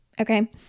Okay